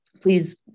please